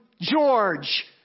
George